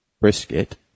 brisket